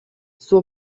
suo